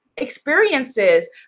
experiences